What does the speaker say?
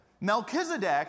Melchizedek